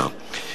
"ועם זאת,